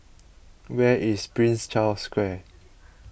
where is Prince Charles Square